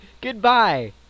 Goodbye